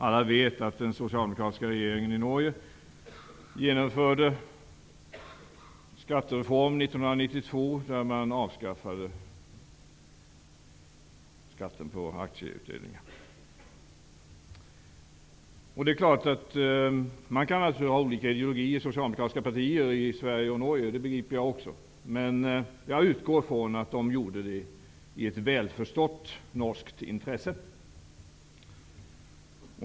Alla vet att den socialdemokratiska regeringen i Norge genomförde en skattereform 1992 där man avskaffade skatten på aktieutdelning. Socialdemokratiska partier i Sverige och Norge kan naturligtvis ha olika ideologier, det begriper jag också, men jag utgår ifrån att man gjorde det i ett välförstått norskt intresse.